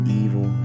evil